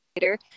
later